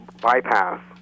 bypass